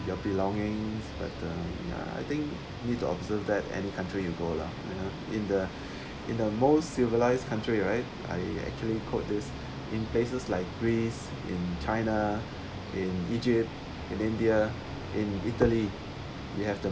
their belongings but um I think need to observe that any country you go lah you know in the in the most civilised country right I actually quote this in places like greece in china in egypt in india in italy they have the